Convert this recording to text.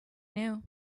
knew